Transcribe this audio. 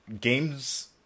Games